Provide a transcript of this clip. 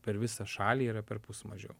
per visą šalį yra perpus mažiau